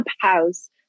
Clubhouse